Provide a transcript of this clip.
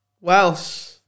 Welsh